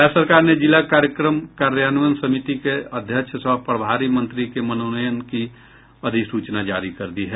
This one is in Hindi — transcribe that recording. राज्य सरकार ने जिला कार्यक्रम कार्यान्वयन समिति के अध्यक्ष सह प्रभारी मंत्री के मनोनयन की अधिसूचना जारी कर दी है